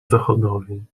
zachodowi